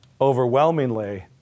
Overwhelmingly